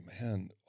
man